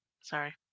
Sorry